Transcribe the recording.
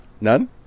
None